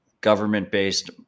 government-based